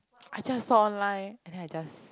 I just saw line and then I just